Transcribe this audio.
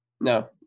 no